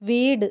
വീട്